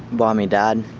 by me dad,